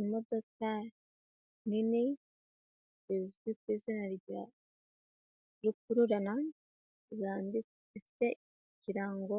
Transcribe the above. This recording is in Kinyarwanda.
Imodoka nini zizwi ku izina rya Rukururana zifite ikirango